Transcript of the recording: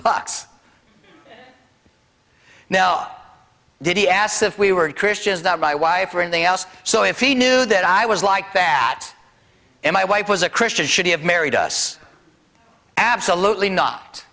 bucks now did he ask if we were christians not my wife or anything else so if he knew that i was like that and my wife was a christian should he have married us absolutely not